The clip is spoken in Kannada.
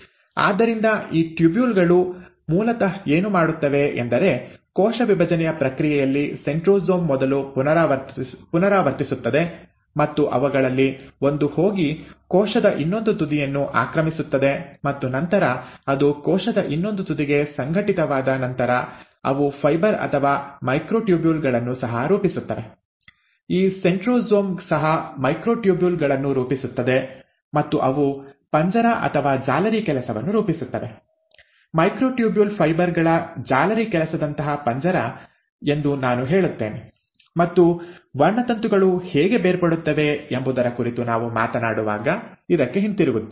ಆದ್ದರಿಂದ ಈ ಟ್ಯೂಬಲ್ ಗಳು ಮೂಲತಃ ಏನು ಮಾಡುತ್ತವೆ ಎಂದರೆ ಕೋಶ ವಿಭಜನೆಯ ಪ್ರಕ್ರಿಯೆಯಲ್ಲಿ ಸೆಂಟ್ರೊಸೋಮ್ ಮೊದಲು ಪುನರಾವರ್ತಿಸುತ್ತದೆ ಮತ್ತು ಅವುಗಳಲ್ಲಿ ಒಂದು ಹೋಗಿ ಕೋಶದ ಇನ್ನೊಂದು ತುದಿಯನ್ನು ಆಕ್ರಮಿಸುತ್ತದೆ ಮತ್ತು ನಂತರ ಅದು ಕೋಶದ ಇನ್ನೊಂದು ತುದಿಗೆ ಸಂಘಟಿತವಾದ ನಂತರ ಅವು ಫೈಬರ್ ಅಥವಾ ಮೈಕ್ರೊಟ್ಯೂಬ್ಯೂಲ್ ಗಳನ್ನು ಸಹ ರೂಪಿಸುತ್ತವೆ ಈ ಸೆಂಟ್ರೊಸೋಮ್ ಸಹ ಮೈಕ್ರೊಟ್ಯೂಬ್ಯೂಲ್ ಗಳನ್ನು ರೂಪಿಸುತ್ತದೆ ಮತ್ತು ಅವು ಪಂಜರ ಅಥವಾ ಜಾಲರಿ ಕೆಲಸವನ್ನು ರೂಪಿಸುತ್ತವೆ ಮೈಕ್ರೊಟ್ಯೂಬ್ಯೂಲ್ ಫೈಬರ್ ಗಳ ಜಾಲರಿ ಕೆಲಸದಂತಹ ಪಂಜರ ಎಂದು ನಾನು ಹೇಳುತ್ತೇನೆ ಮತ್ತು ವರ್ಣತಂತುಗಳು ಹೇಗೆ ಬೇರ್ಪಡುತ್ತವೆ ಎಂಬುದರ ಕುರಿತು ನಾವು ಮಾತನಾಡುವಾಗ ಇದಕ್ಕೆ ಹಿಂತಿರುಗುತ್ತೇವೆ